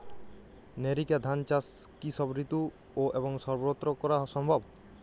NERICA ধান চাষ কি সব ঋতু এবং সবত্র করা সম্ভব?